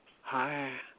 Hi